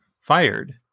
fired